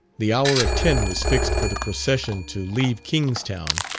the hour of ten was fixed for the procession to leave kingstown,